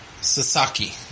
Sasaki